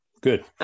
Good